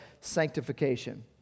sanctification